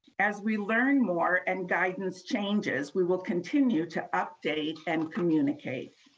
as we learn more and guidance changes, we will continue to update and communicate.